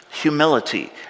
humility